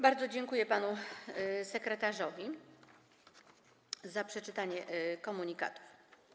Bardzo dziękuję panu sekretarzowi za przeczytanie komunikatów.